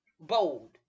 bold